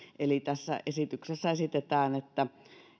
eli tässä esityksessä esitetään että